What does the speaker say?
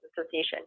Association